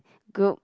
group